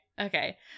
okay